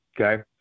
Okay